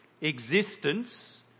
existence